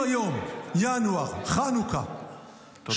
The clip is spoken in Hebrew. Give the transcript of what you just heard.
אם היום, ינואר, חנוכה -- תודה.